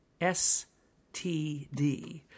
STD